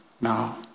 now